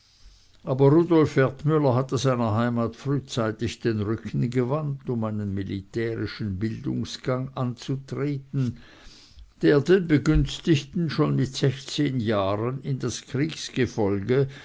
aber rudolf wertmüller hatte seiner heimat frühzeitig den rücken gewandt um einen militärischen bildungsgang anzutreten der den begünstigten schon mit sechzehn jahren in das